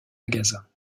magasins